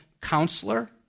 counselor